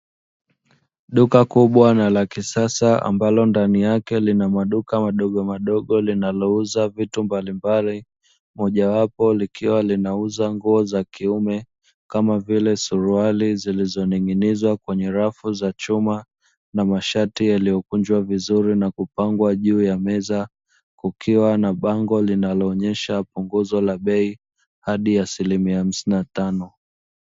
Duka kubwa na la kisasa, ambalo ndani yake lina maduka madogomadogo, linalouza vitu mbalimbali, moja wapo likiwa linauza nguo za kiume, kama vile suruali zilizoning’inizwa kwenye rafu za chuma na mashati yaliyokunjwa vizuri na kupangwa juu ya meza, kukiwa na bango linaloonyesha punguzo la bei hadi asilimia hamsini na tano.